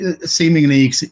seemingly